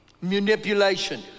Manipulation